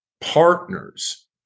partners